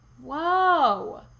Whoa